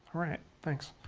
right, thanks.